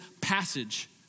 passage